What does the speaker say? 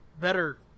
better